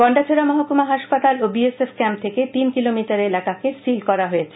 গন্ডাছড়া মহকুমা হাসপাতাল ও বি এস এফ ক্যাম্প থেকে তিন কিলোমিটার এলাকাকে সীল করা হয়েছে